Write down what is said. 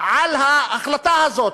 על ההחלטה הזאת.